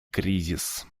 кризис